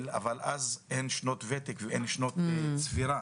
אבל אז אין שנות ותק ואין שנות צבירה.